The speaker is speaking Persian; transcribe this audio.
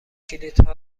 کلیدها